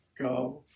go